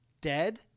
dead